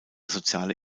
soziale